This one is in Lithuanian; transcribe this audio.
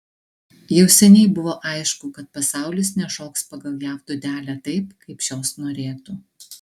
jau seniai buvo aišku kad pasaulis nešoks pagal jav dūdelę taip kaip šios norėtų